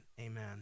amen